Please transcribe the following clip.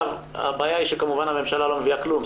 הבעיה היא שכמובן הממשלה לא מביאה כלום.